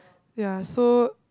ya so